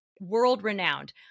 world-renowned